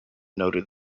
noted